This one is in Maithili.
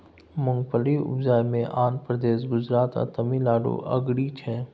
मूंगफली उपजाबइ मे आंध्र प्रदेश, गुजरात आ तमिलनाडु अगारी छै